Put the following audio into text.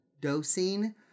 dosing